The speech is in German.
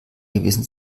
gewesen